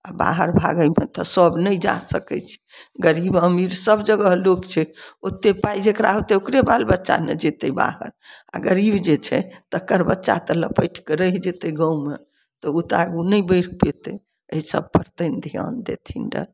आ बाहर भागय मे तऽ सब नहि जा सकै छै गरीब अमीर सब जगह लोक छै ओते पाइ जेकरा हेतै ओकरे बालबच्चा ने जेतै बाहर आ गरीब जे छै तकर बच्चा तऽ लपटिकए रहि जेतै गाँवमे तऽ ओ तऽ आगू नहि बढ़ि पेतै एहि सबपर तनी ध्यान देथिन रए